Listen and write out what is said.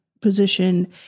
position